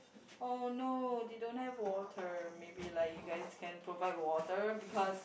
oh no they don't have water maybe like you guys can provide water because